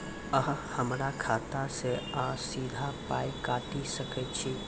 अहॉ हमरा खाता सअ सीधा पाय काटि सकैत छी?